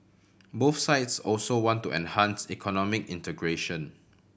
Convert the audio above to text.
both sides also want to enhance economic integration